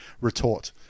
retort